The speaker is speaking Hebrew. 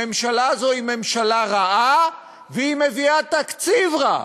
הממשלה הזו היא ממשלה רעה, והיא מביאה תקציב רע.